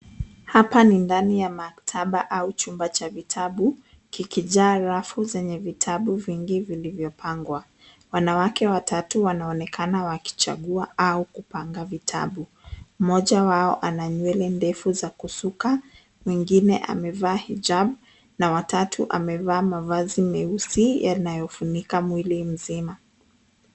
Hapa ni ndani ya maktaba au chumba cha vitabu kikijaa rafu zenye vitabu vingi vilivyopangwa. Wanawake watatu wanaonekana wakichagua au kupanga vitabu. Mmoja wao ana nywele ndefu za kusuka, mwingine amevaa hijab na watatu amevaa mavazi meusi yanayofunika mwili mzima.